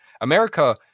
America